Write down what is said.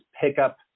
pickup